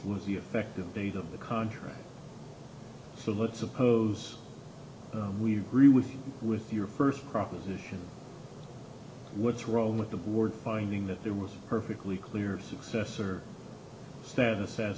with the effective date of the contract so let's suppose we agree with you with your first proposition what's wrong with the board finding that there was a perfectly clear successor status as